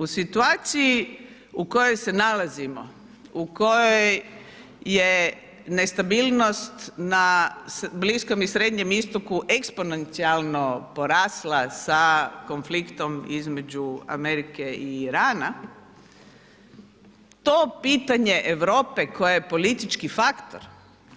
U situaciji u kojoj se nalazimo, u kojoj je nestabilnost na Bliskom i Srednjem Istoku eksponencionalno porasla sa konfliktom između Amerike i Irana, to pitanje Europe koja je politički faktor,